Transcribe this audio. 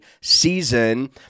season